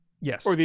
Yes